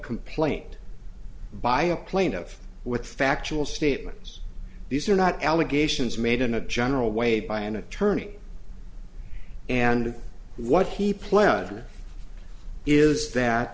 complaint by a plain of with factual statements these are not allegations made in a general way by an attorney and what he pled is that